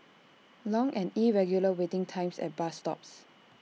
long and irregular waiting times at bus stops